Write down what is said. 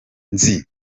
nzi